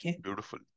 Beautiful